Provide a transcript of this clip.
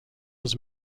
was